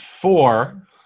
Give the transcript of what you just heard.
Four